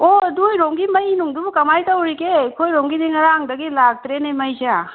ꯑꯣ ꯅꯣꯏꯔꯣꯝꯒꯤ ꯃꯩ ꯅꯨꯡꯗꯨꯕꯨ ꯀꯃꯥꯏ ꯇꯧꯔꯤꯒꯦ ꯑꯩꯈꯣꯏ ꯔꯣꯝꯒꯤꯗꯤ ꯉꯔꯥꯡꯗꯒꯤ ꯂꯥꯛꯇ꯭ꯔꯦꯅꯦ ꯃꯩꯁꯦ